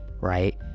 right